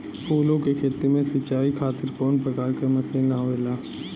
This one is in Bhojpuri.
फूलो के खेती में सीचाई खातीर कवन प्रकार के मशीन आवेला?